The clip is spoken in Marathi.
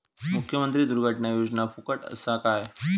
मुख्यमंत्री दुर्घटना योजना फुकट असा काय?